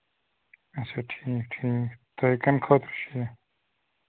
اَچھا ٹھیٖک ٹھیٖک تۄہہِ کَمہِ خٲطرٕ چھُ یہِ